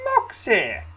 Moxie